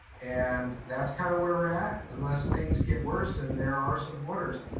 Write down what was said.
and that's kind of where we're at, unless things get worse and there are some orders,